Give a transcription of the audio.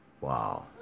Wow